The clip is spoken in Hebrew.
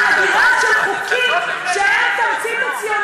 אחרי שהצבעתם פה נגד שורה אדירה של חוקים שהם תמצית הציונות,